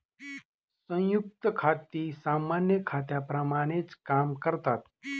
संयुक्त खाती सामान्य खात्यांप्रमाणेच काम करतात